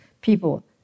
People